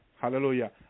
Hallelujah